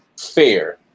fair